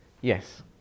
Yes